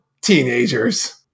teenagers